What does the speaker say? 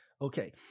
Okay